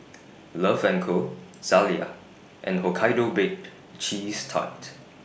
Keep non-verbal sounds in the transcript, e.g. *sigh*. *noise* Love and Co Zalia and Hokkaido Baked Cheese Tart